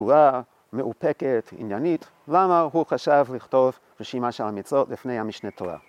‫בצורה מאופקת, עניינית, ‫למה הוא חשב לכתוב ‫רשימה של המצוות ‫לפני המשנה תורה.